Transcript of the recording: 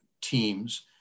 teams